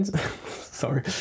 Sorry